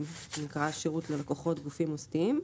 שנקרא שירות ללקוחות גופים מוסדיים.